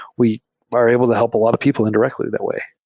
we are able to help a lot of people indirectly that way.